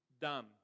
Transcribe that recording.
done